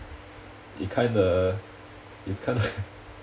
it kinda it's kinda